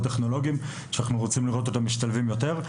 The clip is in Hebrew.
טכנולוגיים שאנחנו רוצים לראות אותם משתלבים בהם יותר.